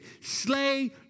Slay